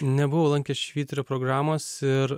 nebuvau lankęs švyturio programos ir